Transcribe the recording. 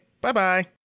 bye-bye